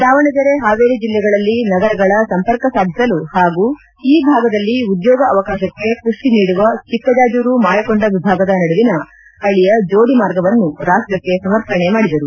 ದಾವಣಗೆರೆ ಹಾವೇರಿ ಜಿಲ್ಲೆಗಳಲ್ಲಿ ನಗರಗಳ ಸಂಪರ್ಕ ಸಾಧಿಸಲು ಹಾಗೂ ಈ ಭಾಗದಲ್ಲಿ ಉದ್ಯೋಗ ಅವಕಾಶಕ್ಕೆ ಪುಷ್ಟಿ ನೀಡುವ ಚಿಕ್ಕಜಾಜೂರು ಮಾಯಕೊಂಡ ವಿಭಾಗದ ನಡುವಿನ ಹಳಿಯ ಜೋಡಿ ಮಾರ್ಗವನ್ನು ರಾಷ್ಟಕ್ಷೆ ಸಮರ್ಪಣೆ ಮಾಡಿದರು